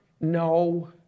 No